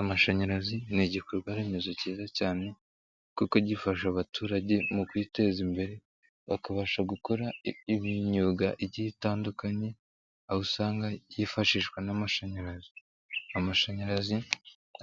Amashanyarazi ni igikorwa remezo kiza cyane kuko gifasha abaturage mu kwiteza imbere, bakabasha gukora imyuga igihe itandukanye aho usanga hifashishwa n'amashanyarazi. Amashanyarazi